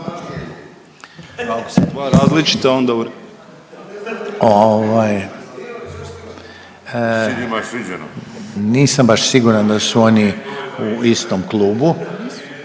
nisam baš siguran da su oni u istom klubu.